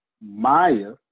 Maya